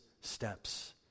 steps